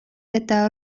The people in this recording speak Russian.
это